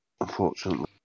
Unfortunately